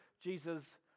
Jesus